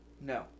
No